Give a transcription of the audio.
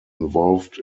involved